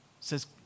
says